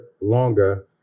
longer